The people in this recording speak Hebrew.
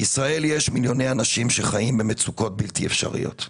בישראל יש מיליוני אנשים שחיים במצוקות בלתי אפשריות,